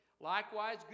Likewise